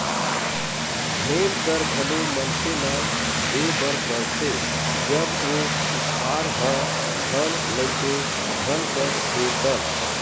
भेंट कर घलो मनखे ल देय बर परथे जब ओ उपहार ह धन नइते धन कस हे तब